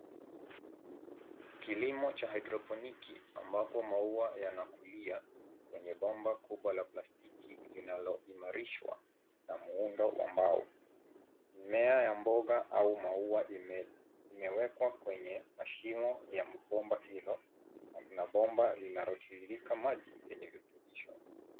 Kilimo cha haidroponiki ambapo maua yanakulia kwenye bomba kubwa la plastiki linaloimarishwa na muundo wa mbao. Mimea ya mboga au maua imewekwa kwenye mashimo ya mabomba hizo na kuna bomba linalotiririka maji yenye virutubisho.